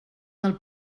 del